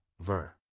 Ver